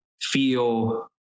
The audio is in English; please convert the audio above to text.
feel